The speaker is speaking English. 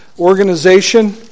Organization